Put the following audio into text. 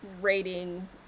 rating